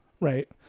right